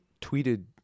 tweeted